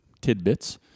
tidbits